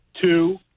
two